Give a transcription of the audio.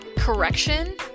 correction